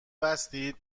بستید